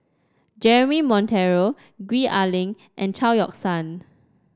Jeremy Monteiro Gwee Ah Leng and Chao Yoke San